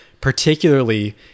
particularly